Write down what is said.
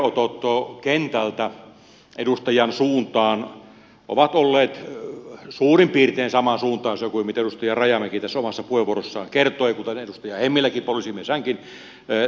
yhteydenotot kentältä edustajan suuntaan ovat olleet suurin piirtein samansuuntaisia kuin mitä edustaja rajamäki omassa puheenvuorossaan kertoi kuten edustaja hemmiläkin poliisimies hänkin taustoiltaan